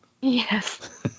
Yes